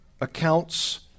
accounts